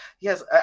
Yes